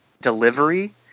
delivery